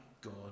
God